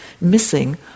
missing